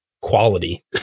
quality